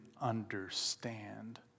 understand